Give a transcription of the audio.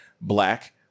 black